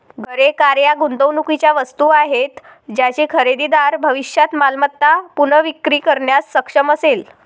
घरे, कार या गुंतवणुकीच्या वस्तू आहेत ज्याची खरेदीदार भविष्यात मालमत्ता पुनर्विक्री करण्यास सक्षम असेल